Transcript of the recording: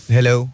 Hello